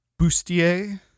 bustier